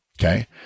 okay